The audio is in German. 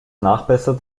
nachbessert